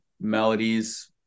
melodies